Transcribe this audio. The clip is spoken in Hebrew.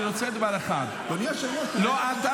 ראית איך הם השתוללו?